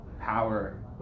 power